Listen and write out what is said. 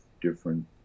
different